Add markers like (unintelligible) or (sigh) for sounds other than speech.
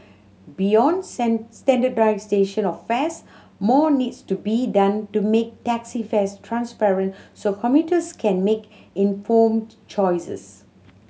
beyond (unintelligible) standardisation of fares more needs to be done to make taxi fares transparent so commuters can make informed choices